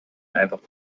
einfach